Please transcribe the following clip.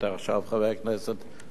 חבר הכנסת חסון הנכבד.